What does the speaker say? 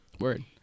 Word